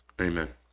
Amen